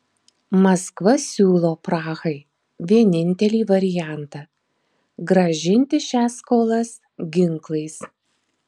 maskva siūlo prahai vienintelį variantą grąžinti šias skolas ginklais